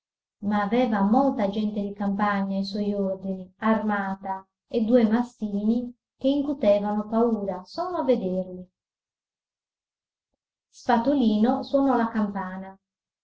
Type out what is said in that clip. ma aveva molta gente di campagna ai suoi ordini armata e due mastini che incutevano paura solo a vederli spatolino sonò la campana